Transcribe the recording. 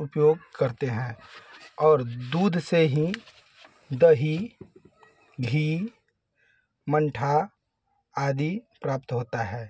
उपयोग करते हैं और दूध से ही दही घी मन्ठा आदि प्राप्त होता है